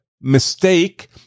mistake